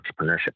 entrepreneurship